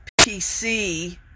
PC